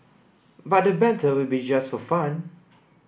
but the banter will be just for fun